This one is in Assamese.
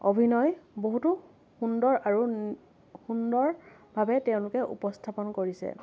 অভিনয় বহুতো সুন্দৰ আৰু সুন্দৰভাৱে তেওঁলোকে উপস্থাপন কৰিছে